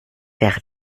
wäre